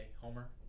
Homer